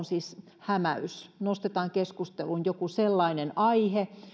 siis hämäys nostetaan keskusteluun jokin sellainen aihe